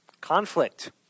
Conflict